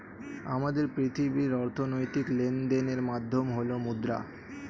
আমাদের পৃথিবীর অর্থনৈতিক লেনদেনের মাধ্যম হল মুদ্রা